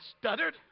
stuttered